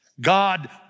God